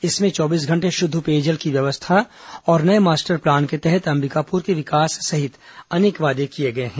इसमें चौबीस घंटे शुद्ध पेयजल की व्यवस्था और नए मास्टर प्लान के तहत अंबिकापुर के विकास सहित अनेक वादे किए गए हैं